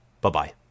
Bye-bye